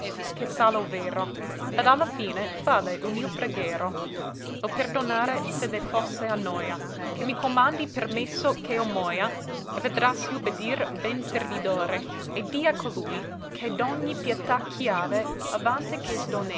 sa lo vero ed a la fine falle umil preghero lo perdonare se le fosse a noia che mi comandi per messo ch'eo moia e vedrassi ubidir ben servidore e dì a colui ch'è d'ogni pietà chiave avante che sdonnei